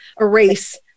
erase